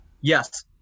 Yes